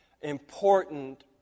Important